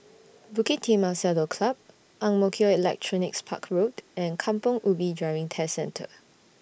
Bukit Timah Saddle Club Ang Mo Kio Electronics Park Road and Kampong Ubi Driving Test Centre